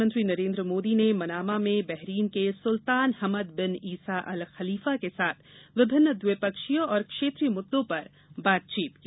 प्रधानमंत्री नरेन्द्र मोदी ने मनामा में बहरीन के सुल्तान Hamad bin Isa Al Khalifa के साथ विभिन्न द्विपक्षीय और क्षेत्रीय मुद्दों पर बातचीत की